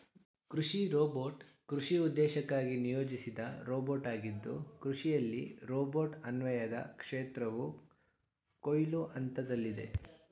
ಕೃಷಿ ರೋಬೋಟ್ ಕೃಷಿ ಉದ್ದೇಶಕ್ಕಾಗಿ ನಿಯೋಜಿಸಿದ ರೋಬೋಟಾಗಿದ್ದು ಕೃಷಿಯಲ್ಲಿ ರೋಬೋಟ್ ಅನ್ವಯದ ಕ್ಷೇತ್ರವು ಕೊಯ್ಲು ಹಂತದಲ್ಲಿದೆ